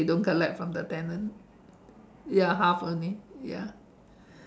so they don't collect from the tenant ya half only ya